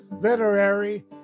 Literary